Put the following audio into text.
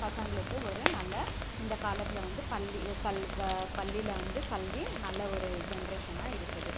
பசங்களுக்கு ஒரு நல்ல இந்த காலத்தில் வந்து பள்ளி கல் வ பள்ளியில் வந்து கல்வி நல்ல ஒரு ஜென்ரேஷன்னாக இருக்குது